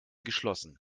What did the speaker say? geschlossen